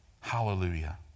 Hallelujah